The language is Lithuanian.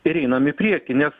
ir einam į priekį nes